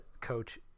coach